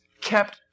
kept